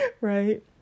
right